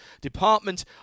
Department